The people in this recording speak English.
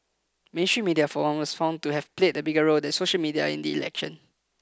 mainstream media for one was found to have played a bigger role than social media in the election